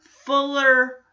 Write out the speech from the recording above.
Fuller